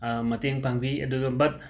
ꯃꯇꯦꯡ ꯄꯥꯡꯕꯤ ꯑꯗꯨꯒ ꯕꯠ